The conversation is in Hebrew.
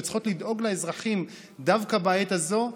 שצריכות לדאוג לאזרחים דווקא בעת הזאת,